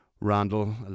Randall